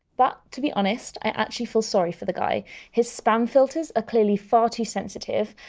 but to be honest, i actually feel sorry for the guy his spam filters are clearly far too sensitive,